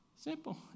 Simple